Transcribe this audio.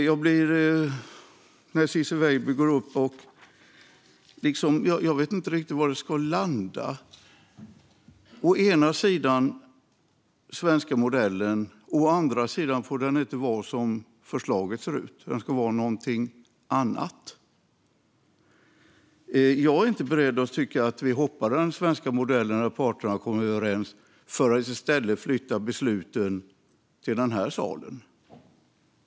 När Ciczie Weidby går upp i talarstolen vet jag inte riktigt var det ska landa. Å ena sidan har vi den svenska modellen, å andra sidan får den inte vara som förslaget ser ut. Den ska vara någonting annat. Jag är inte beredd att tycka att vi hoppar av den svenska modellen när parterna har kommit överens för att i stället flytta besluten till den här salen.